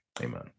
Amen